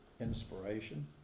inspiration